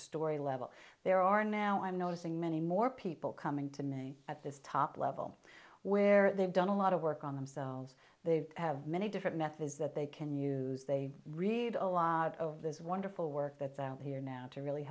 story level there are now i'm noticing many more people coming to me at this top level where they've done a lot of work on themselves they have many different methods that they can use they read a lot of those wonderful work that's here now to really